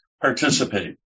participate